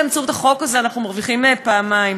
באמצעות החוק הזה אנחנו מרוויחים פעמיים: